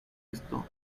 esto